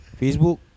Facebook